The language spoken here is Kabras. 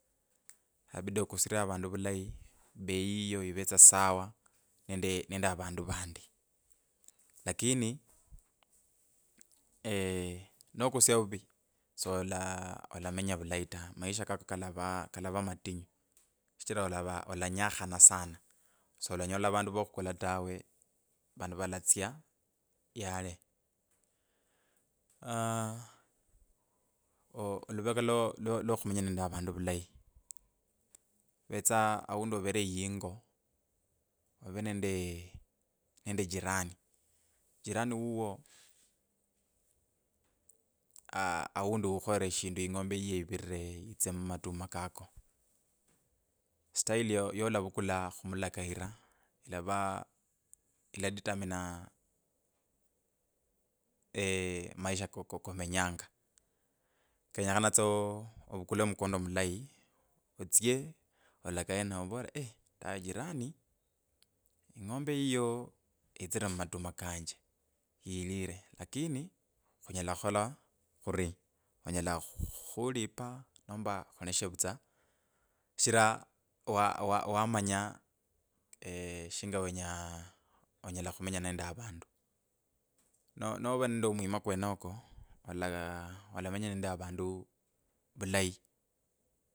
Ilabida okusirye avandu vulayi, bei yiyo ivetsasawa nende avandu. Lakini nokusya ovuvi sola olamenya valayi ta. Maisha kako kalava kalava matinyu shichira olava olanyakhana sana solanyola vandu vo khukula tawe, vandu valatsya yale aah ooh aluveka lwo lwo khumenya nende avandu vulayi ivetsa aundi uvere yingo, ove nende jirani, jirani uwo aa aundi ukholire shindu ing’ombe yiye ivilire yitsire mumatuma kako style yolavukula khumulakayira ilavaa iladetermina maisha kokokomenyanga, kenyekhana tsoovukula mkondo mulayi otsye alakaye ninaye omuvolere eii tawe jirani, ing’ombe yiyo yitsire mumatuma kanje yilire lakini khunyela khukhola khuri, onyela khu- khu khulipa nomba oleshe vutswa shichira wa…wa wananya eeeh shinga wenya onyela khumenya nende avandu. Nova nende omwima kwenoko, ola ola menya nende avandu vulayi.